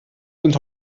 sind